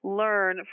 learn